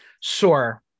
Sure